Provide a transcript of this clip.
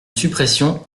suppression